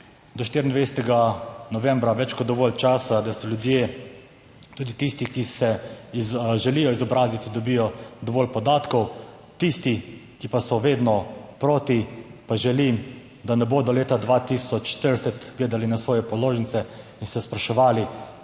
do 24. novembra je več kot dovolj časa, da se ljudje, tudi tisti, ki se želijo izobraziti, da dobijo dovolj podatkov. Tisti, ki pa so vedno proti, pa želim, da ne bodo leta 2040 gledali na svoje položnice in se spraševali,